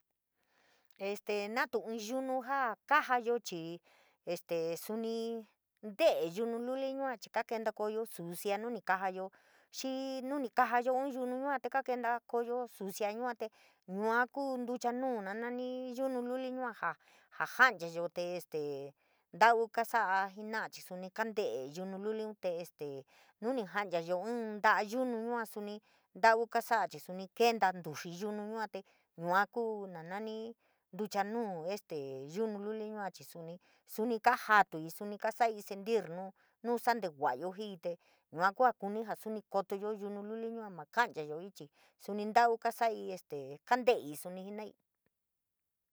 Este natu yunu jaa kajayo chii, este suni nte’e yunu luli yuachii, kakenta koyo sucia nuni kajayo xii nu ni kajayo inn yunu yua, te kakenta koyo sucia yua te yua kuu ntucha nuu nani yunu luli yua, ja janchayo te este ntau kasa’a jena’a chii suni, kante’e yunu luliun te ste nu’ni janchayo ínn ta’a yunu yua suni ntau kasa’a, chii kento nduxii yunu yuate yua kuu na nani ntucha nuu este yunu luli yua chii, suni, sunu kaajatuii suni kasaii sentir nuu satíva’ayo, jiii te yua kua kuni jaa suni kotoyo yunu luli, ma ka’an chayoii chii suni ntau kasaii kaa nteii suni jenaii.